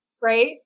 right